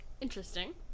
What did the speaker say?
Interesting